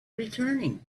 returning